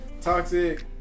toxic